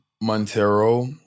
Montero